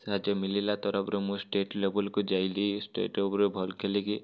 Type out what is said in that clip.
ସାହାଯ୍ୟ ମିଳିଲା ତରଫରୁ ମୁଁ ଷ୍ଟେଟ୍ ଲେଭୁଲ୍ କୁ ଯାଇ ଷ୍ଟେଟ୍ ଉପରେ ଭଲ୍ ଖେଳିକି